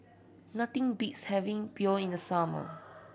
nothing beats having Pho in the summer